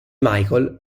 michael